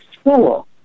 school